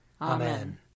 Amen